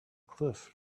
cliff